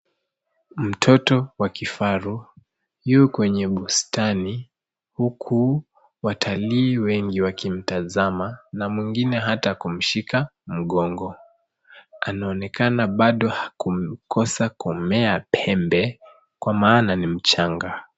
Mtoto wa kifaru yuko kwenye bustani, huku watalii wengi wakimtazama na mwingine hata kumshika mgongo. Anaonekana bado hakukosa kumea pembe, kwa maana ni mchanga.